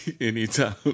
anytime